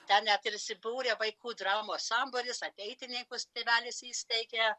ten net ir susibūrė vaikų dramos sambūris ateitininkus tėvelis įsteigė